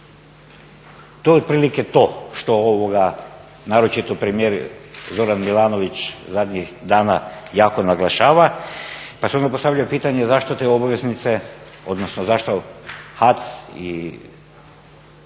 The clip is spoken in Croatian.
To je otprilike to što naročito premijer Zoran Milanović zadnjih dana jako naglašava. Pa smo mi postavili pitanje zašto te obveznice, odnosno zašto HAC i